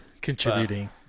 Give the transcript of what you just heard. Contributing